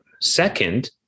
Second